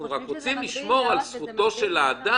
אנחנו רק רוצים לשמור על זכותו של האדם